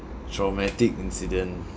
traumatic incident